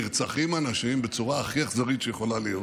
נרצחים אנשים בצורה הכי אכזרית שיכולה להיות,